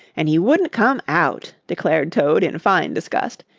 and he wouldn't come out, declared toad in fine disgust.